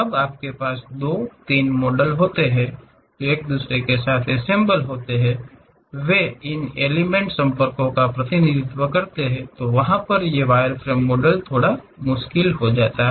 जब आपके पास दो तीन मॉडल होते हैं जो एक दूसरे के साथ अससेंबल होते हैं वे इन एलिमंट संपर्कों का प्रतिनिधित्व करते हैं थोड़ा मुश्किल हो जाता है